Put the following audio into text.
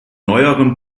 neuerem